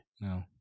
No